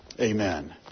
Amen